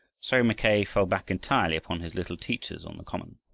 so mackay fell back entirely upon his little teachers on the common.